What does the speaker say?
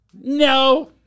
No